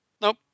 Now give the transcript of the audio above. nope